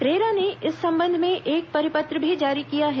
RERA ने इस संबंध में एक परिपत्र भी जारी किया है